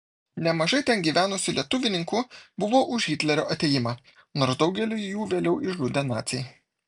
nemažai ten gyvenusių lietuvninkų buvo už hitlerio atėjimą nors daugelį jų vėliau išžudė naciai